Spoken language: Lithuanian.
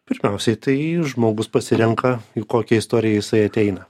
pirmiausiai tai žmogus pasirenka į kokią istoriją jisai ateina